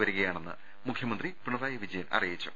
വരികയാണെന്ന് മുഖ്യമന്ത്രി പിണറായി വിജയൻ അറിയിച്ചു